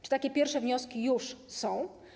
Czy takie pierwsze wnioski już są?